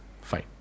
Fine